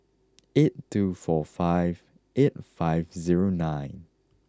eight two four five eight five zero nine